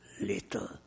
little